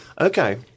Okay